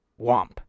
Womp